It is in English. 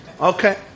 Okay